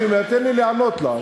תן לי לענות לה.